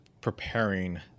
preparing